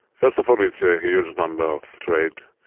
first of all it's a huge number of trade,